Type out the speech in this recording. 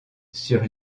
sur